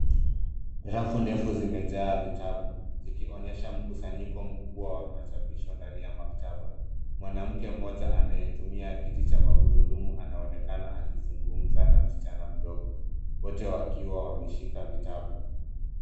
Rafu ndefu zimejaa vitabu zikionyesha mkusanyiko mkubwa wa machapisho ndani ya maktaba. Mwanamke anayetumia kiti cha magurudumu anaonekana akizungumza na msichana mdogo wote wakiwa wameshika vitabu.